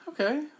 okay